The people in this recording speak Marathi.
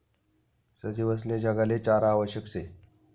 सजीवसले जगाले चारा आवश्यक शे